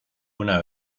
una